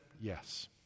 yes